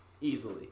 Easily